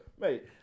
mate